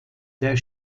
der